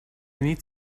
need